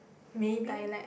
maybe